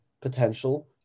potential